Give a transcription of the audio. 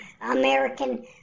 American